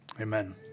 amen